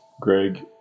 Greg